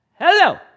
Hello